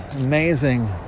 amazing